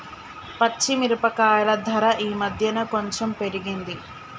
పచ్చి మిరపకాయల ధర ఈ మధ్యన కొంచెం పెరిగింది